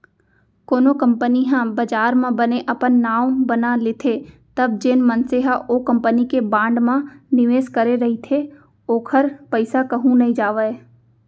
कोनो कंपनी ह बजार म बने अपन नांव बना लेथे तब जेन मनसे ह ओ कंपनी के बांड म निवेस करे रहिथे ओखर पइसा कहूँ नइ जावय